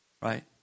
Right